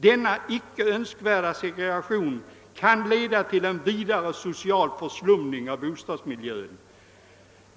Denna icke önskvärda segregation kan leda till vidare social förslumning av bostadsmiljön.